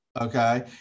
okay